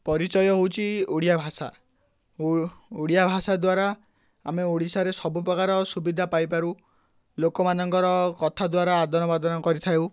ପରିଚୟ ହେଉଛି ଓଡ଼ିଆ ଭାଷା ଓ ଓଡ଼ିଆ ଭାଷା ଦ୍ୱାରା ଆମେ ଓଡ଼ିଶାରେ ସବୁପକାର ସୁବିଧା ପାଇପାରୁ ଲୋକମାନଙ୍କର କଥା ଦ୍ୱାରା ଆଦାନପ୍ରଦାନ କରିଥାଉ